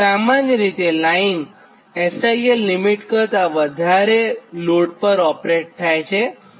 સામાન્ય રીતે line SIL limit કરતાં વધારે લોડ પર ઓપરેટ થાય છે